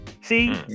See